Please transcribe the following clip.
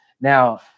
Now